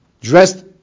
dressed